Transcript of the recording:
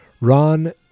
Ron